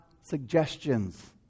suggestions